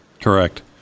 Correct